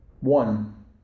One